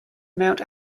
mount